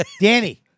Danny